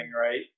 right